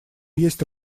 есть